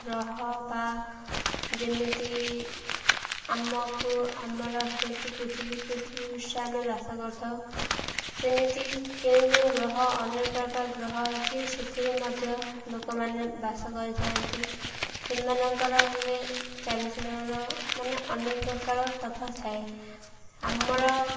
ଗ୍ରହ ବା ଯେମିତି ଆମକୁ ଆମର ହେଉଛି ପୃଥିବୀ ପୃଥିବୀ ପୃଷ୍ଠରେ ଆମେ ବାସ କରିଥାଉ ସେମିତି କେଉଁ କେଉଁ ଗ୍ରହ ଅନେକ ପ୍ରକାର ଗ୍ରହ ଅଛି ସେଥିରେ ମଧ୍ୟ ଲୋକମାନେ ବାସ କରିଥାନ୍ତି ସେମାନଙ୍କର ହେଲେ ଚାଲିଚଳଣ ମାନେ ଅନେକ ପ୍ରକାର ତଫାତ୍ ଥାଏ ଆମର